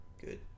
good